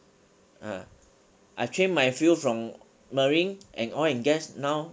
ah I changed my field from marine and oil and gas now